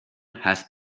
has